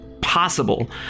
possible